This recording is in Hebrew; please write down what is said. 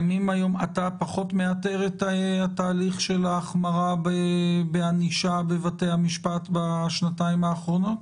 אתה פחות מאתר את תהליך הההחמרה בענישה בבתי המשפט בשנתיים האחרונות?